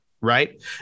Right